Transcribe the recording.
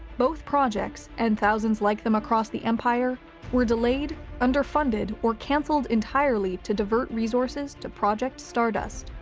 both projects and thousands like them across the empire were delayed, underfunded, or cancelled entirely to divert resources to project stardust.